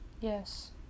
Yes